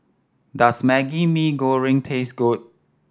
does Maggi Goreng taste good